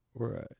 Right